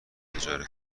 اجاره